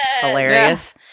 hilarious